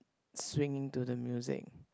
swinging to the music